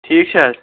ٹھیٖک چھا حظ